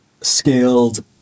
scaled